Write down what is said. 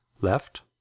Left